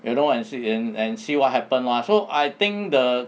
you know and see and see what happen lah so I think the